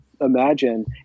imagine